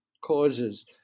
causes